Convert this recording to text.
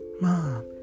Mom